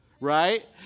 right